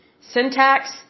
syntax